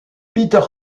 peter